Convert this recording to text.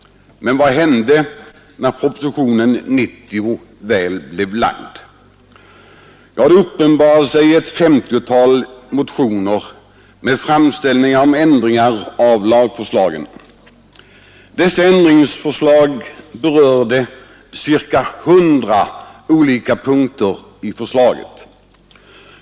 Men vad hände när propositionen 90 väl hade framlagts? Jo, då väcktes ett femtiotal motioner med framställningar om ändringar av lagförslagen. Dessa motioner berörde omkring 100 olika punkter i förslagen.